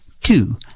two